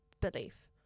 belief